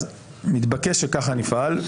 מתבקש שכך נפעל,